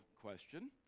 question